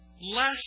less